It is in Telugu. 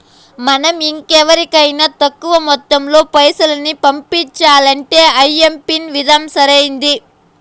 మనం ఇంకెవరికైనా తక్కువ మొత్తంలో పైసల్ని పంపించాలంటే ఐఎంపిన్ విధానం సరైంది